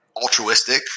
altruistic